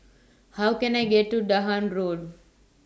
How Can I get to Dahan Road